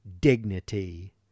dignity